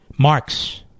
Marx